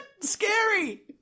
scary